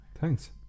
thanks